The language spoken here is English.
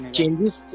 Changes